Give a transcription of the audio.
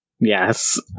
Yes